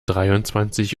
dreiundzwanzig